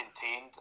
contained